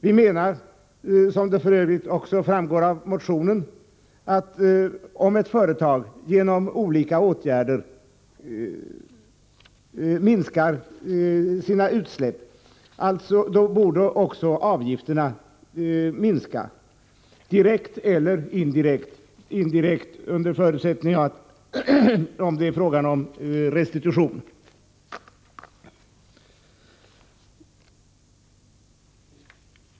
Vi menar, som framgår av motionen, att om ett företag genom olika åtgärder minskar sina utsläpp, borde också avgifterna minska, direkt eller indirekt genom restitution.